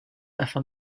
afin